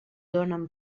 donen